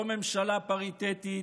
לא ממשלה פריטטית,